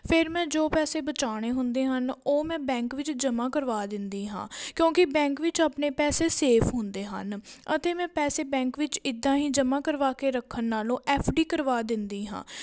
ਫਿਰ ਮੈਂ ਜੋ ਪੈਸੇ ਬਚਾਉਣੇ ਹੁੰਦੇ ਹਨ ਉਹ ਮੈਂ ਬੈਂਕ ਵਿੱਚ ਜਮ੍ਹਾਂ ਕਰਵਾ ਦਿੰਦੀ ਹਾਂ ਕਿਉਂਕਿ ਬੈਂਕ ਵਿੱਚ ਆਪਣੇ ਪੈਸੇ ਸੇਫ ਹੁੰਦੇ ਹਨ ਅਤੇ ਮੈਂ ਪੈਸੇ ਬੈਂਕ ਵਿੱਚ ਇੱਦਾਂ ਹੀ ਜਮ੍ਹਾਂ ਕਰਵਾ ਕੇ ਰੱਖਣ ਨਾਲੋਂ ਐੱਫ ਡੀ ਕਰਵਾ ਦਿੰਦੀ ਹਾਂ